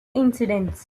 incidents